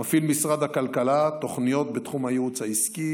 משרד הכלכלה מפעיל תוכניות בתחום הייעוץ העסקי,